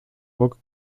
bok